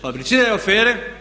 Fabriciraju afere.